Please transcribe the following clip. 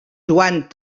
joan